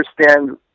understand